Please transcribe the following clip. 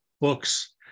books